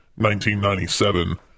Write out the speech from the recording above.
1997